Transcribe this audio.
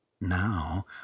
Now